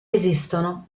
esistono